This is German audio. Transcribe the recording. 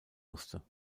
musste